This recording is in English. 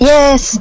Yes